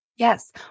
Yes